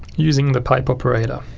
using the pipe operator.